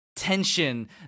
tension